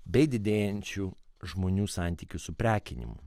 bei didėjančiu žmonių santykių suprekinimu